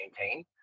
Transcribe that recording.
maintain